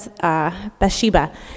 Bathsheba